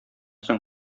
соң